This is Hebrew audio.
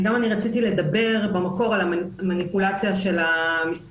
גם אני רציתי לדבר במקור על המניפולציה של המספרים,